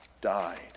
died